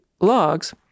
logs